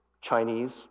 Chinese